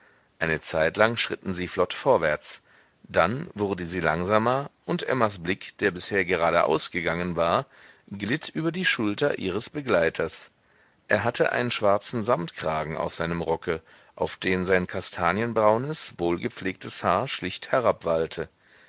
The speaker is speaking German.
eine zeitlang schritten sie flott vorwärts dann wurde sie langsamer und emmas blick der bisher geradeaus gegangen war glitt über die schulter ihres begleiters er hatte einen schwarzen samtkragen auf seinem rocke auf den sein kastanienbraunes wohlgepflegtes haar schlicht